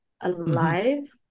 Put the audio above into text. alive